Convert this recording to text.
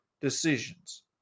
decisions